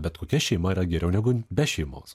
bet kokia šeima yra geriau negu be šeimos